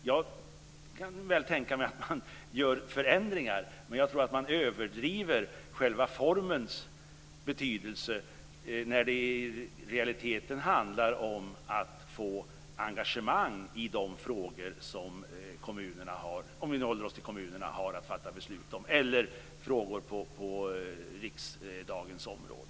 Jag kan väl tänka mig att man gör förändringar, men jag tror att man överdriver själva formens betydelse när det i realiteten handlar om att få engagemang i de frågor som kommunerna har att fatta beslut om eller i frågor på riksdagens område.